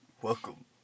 Welcome